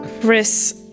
Chris